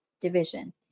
division